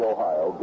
Ohio